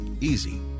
easy